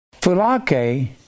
Fulake